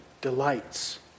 delights